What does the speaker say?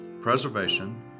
preservation